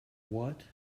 what